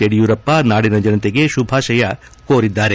ಯಡಿಯೂರಪ್ಪ ನಾಡಿನ ಜನತೆಗೆ ಶುಭಾಶಯ ಕೋರಿದ್ದಾರೆ